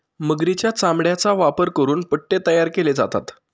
मगरीच्या चामड्याचा वापर करून पट्टे तयार केले जातात